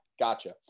Gotcha